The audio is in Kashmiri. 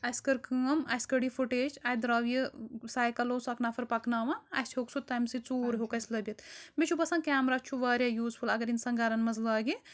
اَسہِ کٔر کٲم اَسہِ کٔڑ یہِ فُٹیج اَتہِ درٛاو یہِ سایکَل اوس اَکھ نَفَر پَکناوان اَسہِ ہیوٚک سُہ تٔمۍ سۭتۍ ژوٗر ہیوٚک اَسہِ لٔبِتھ مےٚ چھُ باسان کٮ۪مرا چھُ واریاہ یوٗزفُل اگر اِنسان گَرَن منٛز لاگہِ